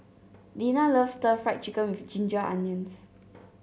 Dinah loves stir Fry Chicken with Ginger Onions